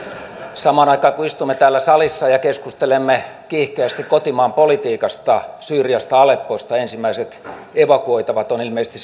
samaan aikaan kun istumme täällä salissa ja keskustelemme kiihkeästi kotimaanpolitiikasta syyriasta alepposta ensimmäiset evakuoitavat on ilmeisesti